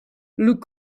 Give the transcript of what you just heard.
look